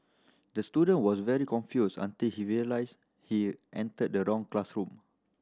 the student was very confused until he realised he entered the wrong classroom